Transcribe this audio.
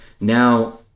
Now